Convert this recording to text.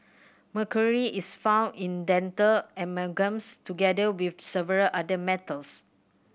mercury is found in dental amalgams together with several other metals